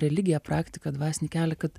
religiją praktiką dvasinį kelią kad